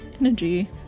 energy